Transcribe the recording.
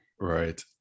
Right